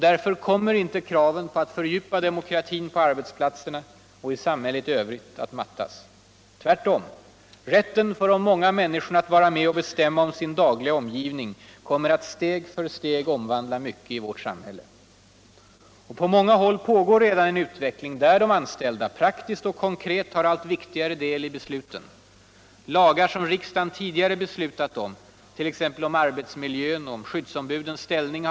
Diärför kommer inte kraven på att fördjupa demokratin på arbetsplatserna och i samhället i övrigt att mattas. Tvärtom. Rätten för de många minniskorna att vara med och bestämma om sin dagliga omgivning kommer all steg för steg omvandla mycket i vårt samhälle. På många håll pågår redan en utveckling där de anställda, praktiskt och konkret, tar allt viktigare del i besluten. Lagar som riksdagen tidigare beslutat om, t.ex. om arbetsmiljö och skvddsombudens ställning.